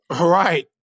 right